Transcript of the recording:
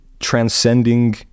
transcending